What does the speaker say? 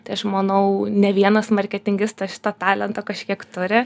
tai aš manau ne vienas marketingistas šito talento kažkiek turi